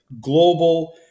global